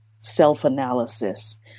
self-analysis